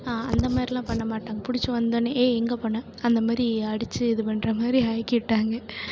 அந்த மாதிரிலாம் பண்ண மாட்டாங்க பிடிச்சி வந்தொடனே ஏய் எங்கே போனே அந்த மாதிரி அடித்து இது பண்ணுற மாதிரி ஆக்கிட்டாங்க